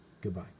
Goodbye